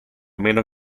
meno